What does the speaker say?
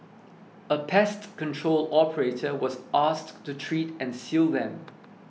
a pest control operator was asked to treat and seal them